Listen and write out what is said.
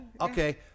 Okay